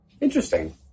interesting